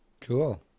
Cool